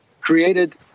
created